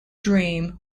dream